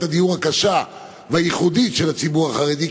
הדיור הקשה והייחודית של הציבור החרדי,